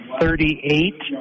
thirty-eight